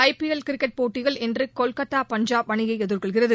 ஐ P L cricket போட்டியில் இன்று கொல்கத்தா பஞ்சாப் அணியை எதிர்கொள்கிறது